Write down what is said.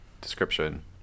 Description